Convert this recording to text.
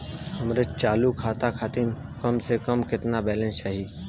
हमरे चालू खाता खातिर कम से कम केतना बैलैंस चाही?